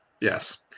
Yes